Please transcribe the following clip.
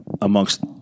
amongst